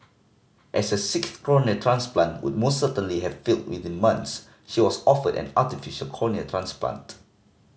as a sixth cornea transplant would most certainly have failed within months she was offered an artificial cornea transplant